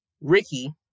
Ricky